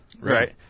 Right